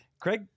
Craig